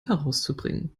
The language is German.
herauszubringen